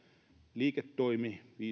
liiketoimi